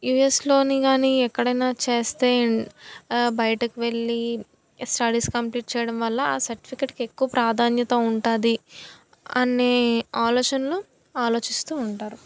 యూఎస్లోని కానీ ఎక్కడైనా చేస్తే బయటకు వెళ్ళి స్టడీస్ కంప్లీట్ చేయడం వల్ల ఆ సర్టిఫికెట్కి ఎక్కువ ప్రాధాన్యత ఉంటుంది అనే ఆలోచనలు ఆలోచిస్తూ ఉంటారు